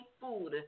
food